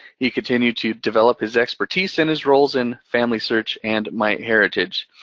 he continued to develop his expertise in his roles in familysearch and myheritage.